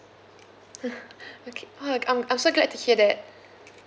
okay uh I'm I'm so glad to hear that